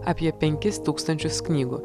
apie penkis tūkstančius knygų